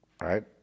Right